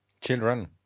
Children